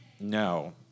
No